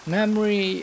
Memory